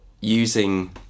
using